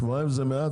כי שבועיים זה מעט,